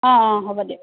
অঁ অঁ হ'ব দিয়ক